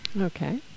Okay